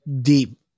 deep